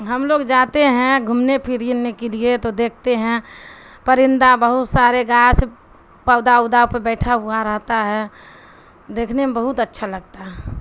ہم لوگ جاتے ہیں گھومنے پرینے کے لیے تو دیکھتے ہیں پرندہ بہت سارے گاھ پودا اودا پہ بیٹھا ہوا رہتا ہے دیکھنے میں بہت اچھا لگتا ہے